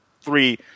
three